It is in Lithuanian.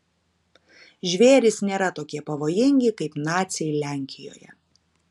žvėrys nėra tokie pavojingi kaip naciai lenkijoje